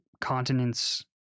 continents